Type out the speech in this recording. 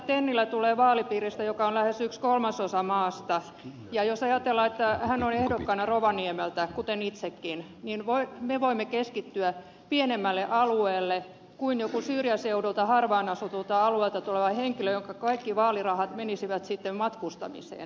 tennilä tulee vaalipiiristä joka on lähes yksi kolmasosa maasta ja jos ajatellaan että hän on ehdokkaana rovaniemeltä kuten itsekin olen niin me voimme keskittyä pienemmälle alueelle kuin joku syrjäseudulta harvaan asutulta alueelta tuleva henkilö jonka kaikki vaalirahat menisivät sitten matkustamiseen